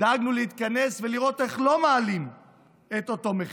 דאגנו להתכנס ולראות איך לא מעלים את אותו מחיר.